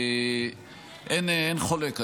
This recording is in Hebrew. אין חולק,